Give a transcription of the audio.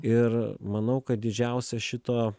ir manau kad didžiausia šito